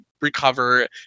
recover